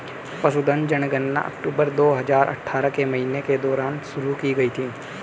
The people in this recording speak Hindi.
पशुधन जनगणना अक्टूबर दो हजार अठारह के महीने के दौरान शुरू की गई थी